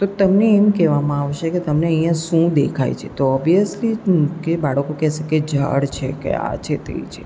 તમને એમ કહેવામાં આવશે કે તમે અહીંયા શું દેખાય છે તો ઓવિયઝલી કે બાળકો કહેશે છે કે ઝાડ છે કે આ છે તે છે